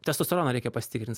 testosteroną reikia pasitikrint